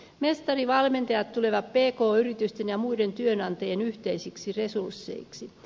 mestarivalmentajat tulevat pk yritysten ja muiden työantajien yhteisiksi resursseiksi